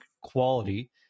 quality